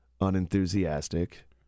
unenthusiastic